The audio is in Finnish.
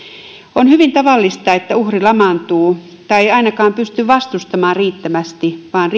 on hyvin tavallista että uhri lamaantuu tai ei ainakaan pysty vastustamaan riittävästi vaan